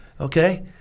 okay